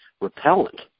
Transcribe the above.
repellent